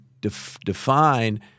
define